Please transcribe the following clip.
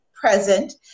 present